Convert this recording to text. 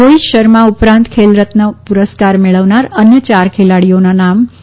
રોહિત શર્મા ઉપરાંત ખેલરત્ન પુરસ્કાર મેળવનાર અન્ય ચાર ખેલાડીઓનાં નામ આ મુજબ છે